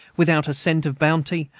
without a cent of bounty,